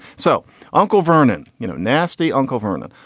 so uncle vernon, you know, nasty uncle vernon,